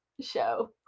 show